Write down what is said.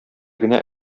генә